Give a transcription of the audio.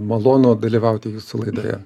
malonu dalyvauti jūsų laidoje